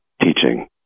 teaching